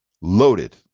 Loaded